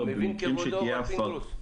אתה מבין, כבודו, מר פינדרוס?